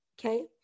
okay